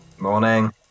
Morning